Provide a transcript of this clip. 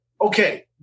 okay